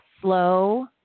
slow